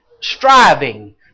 striving